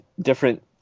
Different